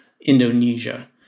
Indonesia